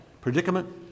Predicament